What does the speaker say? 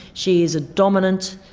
she's a dominant,